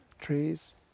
trees